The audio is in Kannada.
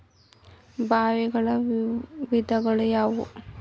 ಬಾವಿಗಳ ವಿಧಗಳು ಯಾವುವು?